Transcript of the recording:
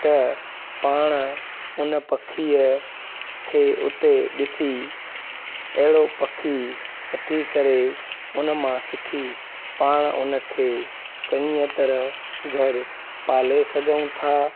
त पाण उन पखीअ खे उते ॾिसी अहिड़ो पखी वठी करे उनमां सिखी पाण उनखे चङीअ तरह घरु पाले सघूं था